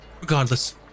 Regardless